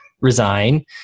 resign